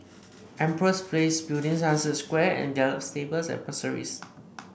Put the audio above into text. Empress Place Building Sunset Square and Gallop Stables at Pasir Ris